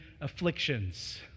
afflictions